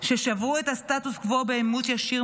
ששברו את הסטטוס-קוו בעימות ישיר מול